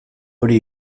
hori